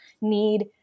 need